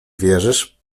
wierzysz